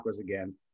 again